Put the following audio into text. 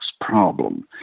problem